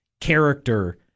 character